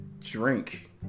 drink